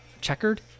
checkered